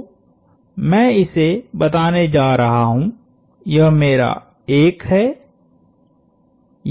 तो मैं इसे बताने जा रहा हूं यह मेरा 1 है